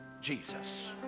Jesus